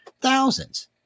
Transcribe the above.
Thousands